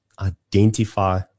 identify